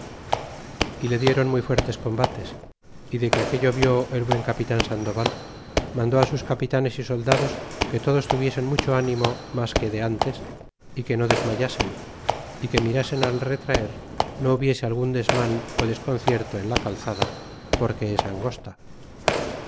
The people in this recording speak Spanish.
y le dieron muy fuertes combates y de que aquello vi el buen capital sandoval mandó sus capitanes y soldados que todos tuviesen mucho ánimo mas que de ntes é que no desmayasen é que mirasen al retraer no hubiese algun desman ó desconcierto en la calzada porque es angosta